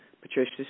Patricia